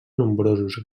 nombrosos